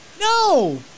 No